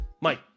Mike